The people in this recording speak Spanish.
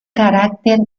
carácter